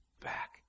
back